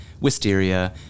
wisteria